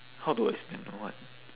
how do I spend the what